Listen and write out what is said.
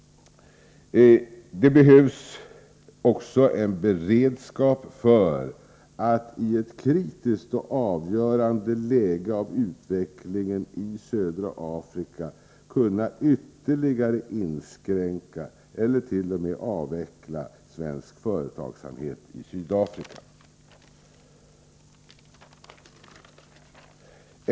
Det behövs också en beredskap för att i ett kritiskt och avgörande läge av utvecklingen i södra Afrika kunna ytterligare inskränka eller t.o.m. avveckla svensk företagsamhet i Sydafrika.